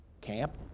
Camp